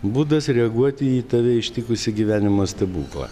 būdas reaguoti į tave ištikusį gyvenimo stebuklą